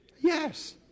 yes